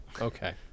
Okay